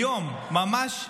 היום, ממש עכשיו,